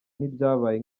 n’ibyabaye